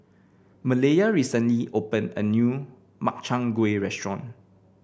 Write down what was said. Malaya recently opened a new Makchang Gui restaurant